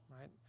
right